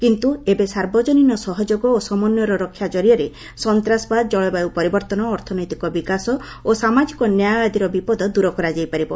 କିନ୍ତୁ ଏବେ ସାର୍ବଜନୀନ ସହଯୋଗ ଓ ସମନ୍ୱୟ ରକ୍ଷା ଜରିଆରେ ସନ୍ତାସବାଦ ଜଳବାୟୁ ପରିବର୍ତ୍ତନ ଅର୍ଥନୈତିକ ବିକାଶ ଓ ସାମାଜିକ ନ୍ୟାୟ ଆଦିର ବିପଦ ଦୂର କରାଯାଇପାରିବ